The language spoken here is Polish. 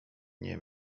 nie